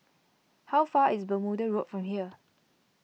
how far is Bermuda Road from here